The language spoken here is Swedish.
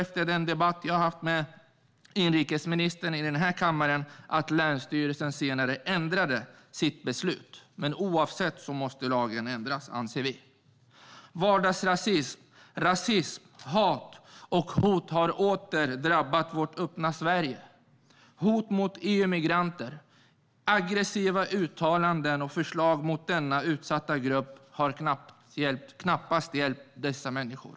Efter den debatt jag hade med inrikesministern i kammaren ändrade länsstyrelsen senare sitt beslut. Oavsett detta måste lagen ändras. Vardagsrasism, rasism, hat och hot har åter drabbat vårt öppna Sverige. Hot mot EU-migranter, aggressiva uttalanden och förslag mot denna utsatta grupp har knappast hjälpt dessa människor.